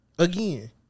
Again